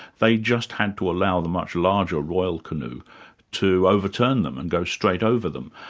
they just had to allow the much larger royal canoe to overturn them and go straight over them.